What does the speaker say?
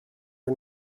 her